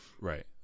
Right